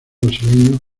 brasileño